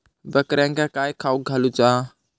बकऱ्यांका काय खावक घालूचा?